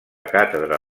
càtedra